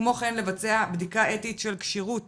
כמו כן לבצע בדיקה אתית של כשירות